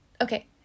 okay